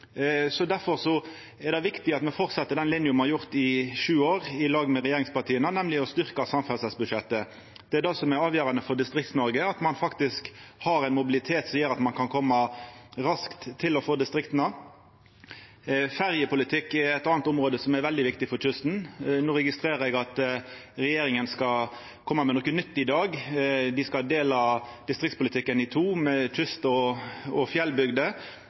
er det viktig at me fortset den linja me har hatt i sju år, i lag med regjeringspartia, nemleg å styrkja samferdselsbudsjettet. Det er det som er avgjerande for Distrikts-Noreg, at ein faktisk har ein mobilitet som gjer at ein kan koma raskt til og frå distrikta. Ferjepolitikk er eit anna område som er veldig viktig for kysten. No registrerer eg at regjeringa skal koma med noko nytt i dag. Dei skal dela distriktspolitikken i to, med kyst og fjellbygder.